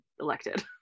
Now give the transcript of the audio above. elected